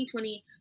2020